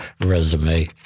resume